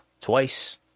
twice